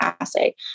assay